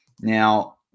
Now